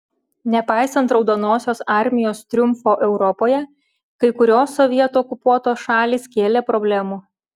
nepaisant raudonosios armijos triumfo europoje kai kurios sovietų okupuotos šalys kėlė problemų